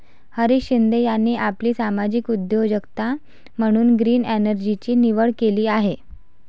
हरीश शिंदे यांनी आपली सामाजिक उद्योजकता म्हणून ग्रीन एनर्जीची निवड केली आहे